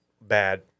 bad